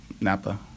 Napa